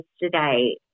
yesterday